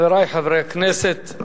חברי חברי הכנסת,